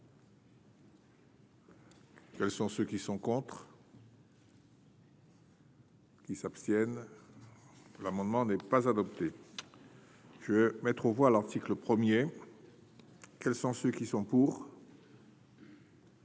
Quels sont ceux qui sont contre. Qui s'abstiennent l'amendement n'est pas adopté que mettre aux voix l'article 1er, quels sont ceux qui sont pour.